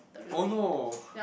oh no